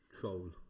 Troll